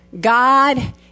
God